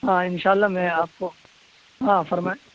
ہاں انشاء اللہ میں آپ کو ہاں فرمائیں